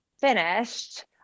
finished